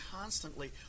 constantly